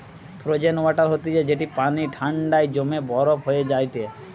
frozen water হতিছে যেটি পানি ঠান্ডায় জমে বরফ হয়ে যায়টে